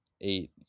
eight